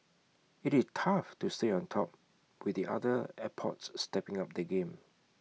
IT it tough to stay on top with other airports stepping up their game